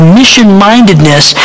mission-mindedness